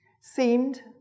seemed